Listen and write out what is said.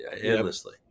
endlessly